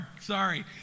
sorry